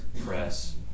press